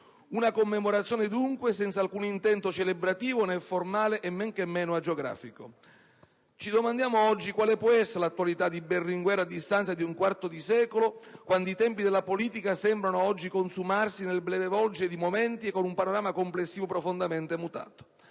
Una commemorazione, dunque, senza alcun intento celebrativo né formale e, men che meno, agiografico. Ci domandiamo oggi quale possa essere l'attualità di Berlinguer a distanza di un quarto di secolo, quando i tempi della politica sembrano oggi consumarsi nel breve volgere di momenti e con un panorama complessivo profondamente mutato.